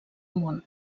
món